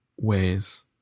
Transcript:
ways